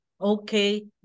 okay